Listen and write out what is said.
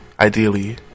ideally